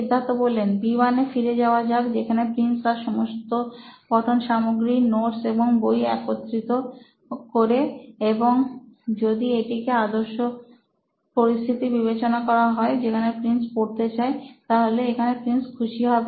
Siddharth B1 এ ফিরে যাওয়া যাক যেখানে প্রিন্স তার সমস্ত পঠন সামগ্রী নোটস এবং বই একত্রিত করে এবং যদি এটিকে আদর্শ পরিস্থিতি বিবেচনা করা হয় যেখানে প্রিন্স পড়তে চায় তাহলে এখানে প্রিন্স খুশি হবে